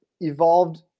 evolved